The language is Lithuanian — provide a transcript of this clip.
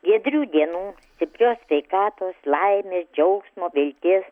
giedrių dienų stiprios sveikatos laimės džiaugsmo vilties